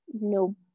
no